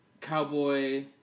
cowboy